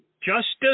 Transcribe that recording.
Justice